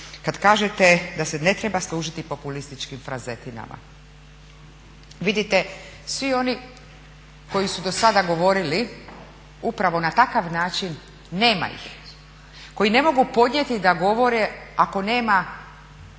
Kad kažete da se ne treba služiti populističkim frazetinama. Vidite, svi oni koji su do sada govorili upravo na takav način nema ih, koji ne mogu podnijeti da govore ako nema,